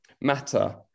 Matter